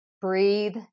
Breathe